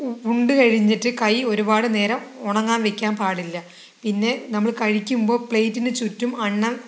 ഉണ്ട് കഴിഞ്ഞിട്ട് കൈ ഒരുപാട് നേരം ഉണങ്ങാൻ വെയ്ക്കാൻ പാടില്ല പിന്നെ നമ്മൾ കഴിക്കുമ്പോൾ പ്ലേറ്റിനു ചുറ്റും അന്നം